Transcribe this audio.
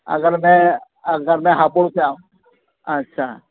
اگر میں اگر میں ہاپوڑ سے آؤں اچھا